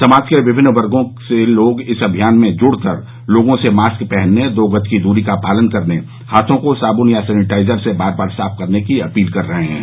समाज के विमिन्न वर्गो से लोग इस अभियान में जुड़कर लोगों से मॉस्क पहनने दो गज की दूरी का पालन करने हाथों को साबुन या सेनिटाइजर से बार बार साफ करने की अपील कर रहे हैं